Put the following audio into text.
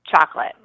chocolate